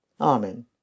Amen